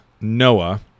Noah